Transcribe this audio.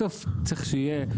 בסוף צריך שיהיה,